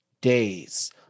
days